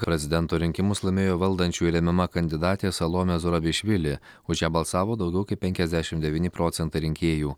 prezidento rinkimus laimėjo valdančiųjų remiama kandidatė salomė zurabišvili už ją balsavo daugiau kaip penkiasdešimt devyni procentai rinkėjų